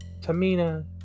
Tamina